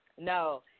no